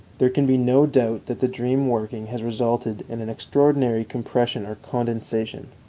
there can be no doubt that the dream working has resulted in an extraordinary compression or condensation.